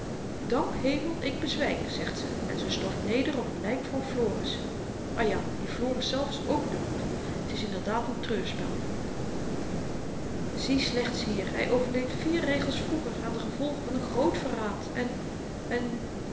dank hemel ik bezwyk zegt ze en ze stort neder op t lyk van floris ah ja die floris zelf is ook dood t is inderdaad een treurspel zie slechts hier hy overleed vier regels vroeger aan de gevolgen van een groot verraad en en